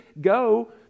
go